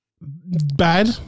Bad